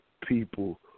people